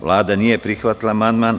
Vlada nije prihvatili amandman.